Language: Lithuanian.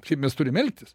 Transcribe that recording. kaip mes turim elgtis